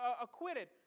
acquitted